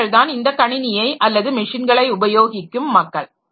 அவர்கள்தான் இந்த கணினியை அல்லது மிஷின்களை உபயோகிக்கும் மக்கள்